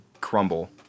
crumble